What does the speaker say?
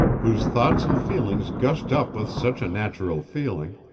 whose thoughts and feelings gushed up with such a natural feeling,